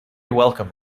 welcome